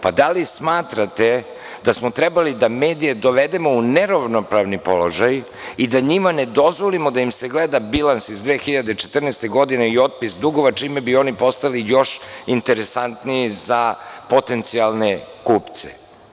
Pa, da li smatrate da smo trebali da medije dovedemo u neravnopravan položaj i da njima ne dozvolimo da im se gleda bilans iz 2014. godine i otpis dugova, čime bi oni postali još interesantniji za potencijalne kupce?